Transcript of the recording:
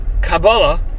Kabbalah